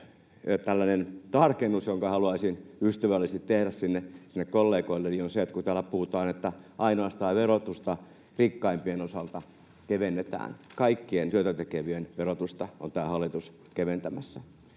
tällainen tarkennus, jotka haluaisin ystävällisesti tehdä sinne kollegoille: Kun täällä puhutaan, että verotusta ainoastaan rikkaimpien osalta kevennetään, niin kaikkien työtä tekevien verotusta on tämä hallitus keventämässä.